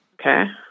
Okay